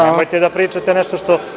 Nemojte da pričate nešto što ne stoji.